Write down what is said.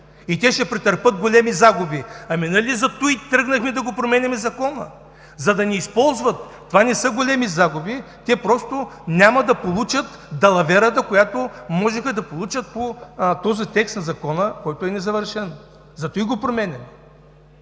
и те ще претърпят големи загуби. Ами, нали заради това тръгнахме да променяме Закона, за да не използват? Това не са големи загуби. Те просто няма да получат далаверата, която можеха да получат по този текст на Закона, който е несъвършен. Затова го променяме.